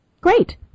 Great